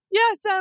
Yes